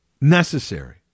necessary